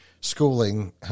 schooling